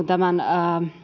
tämän